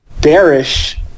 bearish